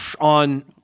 on